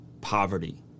poverty